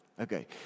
okay